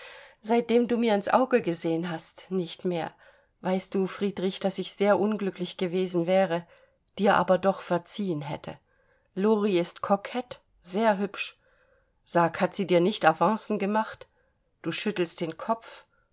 seitdem du mir ins auge gesehen hast nicht mehr weißt du friedrich daß ich sehr unglücklich gewesen wäre dir aber doch verziehen hätte lori ist kokett sehr hübsch sag hat sie dir nicht avancen gemacht du schüttelst den kopf